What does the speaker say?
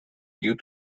due